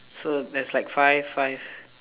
so there's like five five